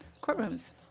courtrooms